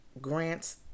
grants